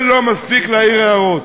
לא מספיק להעיר הערות,